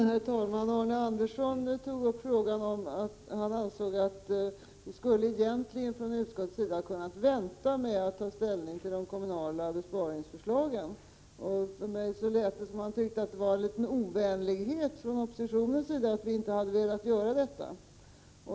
Herr talman! Arne Andersson ansåg att utskottet egentligen skulle ha kunnat vänta med att ta ställning till de kommunala besparingsförslagen. För mig lät det som om han tyckte det var en ovänlighet från oppositionens sida att vi inte ville göra detta.